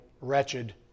wretched